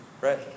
Right